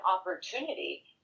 opportunity